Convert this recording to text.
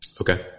Okay